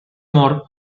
amor